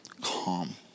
calm